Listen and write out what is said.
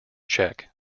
check